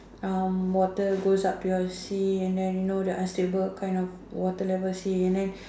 um water goes up to your sea and then you know the unstable kind of water level sea and then